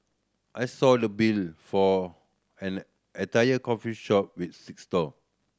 I saw the bill for an entire coffee shop with six stall